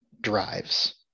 drives